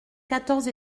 quatorze